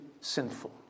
sinful